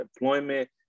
employment